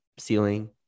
ceiling